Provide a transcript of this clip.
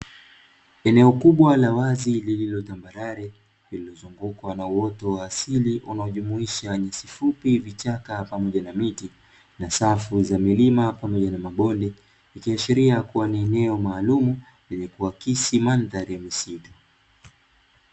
Eneo kubwa la wazi, lililotambarare lililozungukwa na uoto wa asili unaojumuisha nyasi fupi, vichaka pamoja na miti, na safu za milima pamoja na mabonde. Ikiashiria kuwa ni eneo maalumu lenye kuakisi mandhari ya misitu.